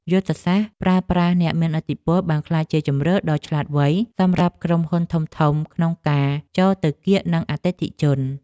យុទ្ធសាស្ត្រប្រើប្រាស់អ្នកមានឥទ្ធិពលបានក្លាយជាជម្រើសដ៏ឆ្លាតវៃសម្រាប់ក្រុមហ៊ុនធំៗក្នុងការចូលទៅកៀកនឹងអតិថិជន។